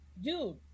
dude